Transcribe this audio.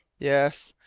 yes,